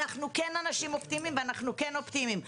אנחנו כן אנשים אופטימיים ואנחנו כן אופטימיים.